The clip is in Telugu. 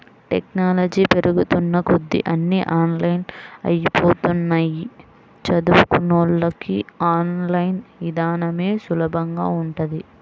టెక్నాలజీ పెరుగుతున్న కొద్దీ అన్నీ ఆన్లైన్ అయ్యిపోతన్నయ్, చదువుకున్నోళ్ళకి ఆన్ లైన్ ఇదానమే సులభంగా ఉంటది